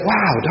Wow